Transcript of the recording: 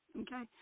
Okay